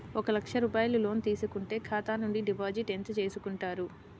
ఒక లక్ష రూపాయలు లోన్ తీసుకుంటే ఖాతా నుండి డిపాజిట్ ఎంత చేసుకుంటారు?